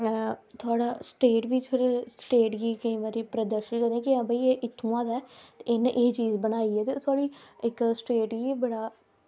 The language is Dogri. आं थोह्ड़ा स्टेट बी थोह्ड़ी स्टेट गी प्रदर्शन करियै बी आह्नदे हे इत्थुआं गै ते इन्ने एह् चीज़ बनाइयै ते थोह्ड़ी इक्क स्टेट गी बड़ा